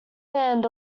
band